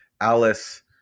Alice